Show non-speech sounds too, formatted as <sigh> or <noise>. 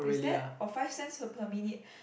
is that or five cents per per minute <breath>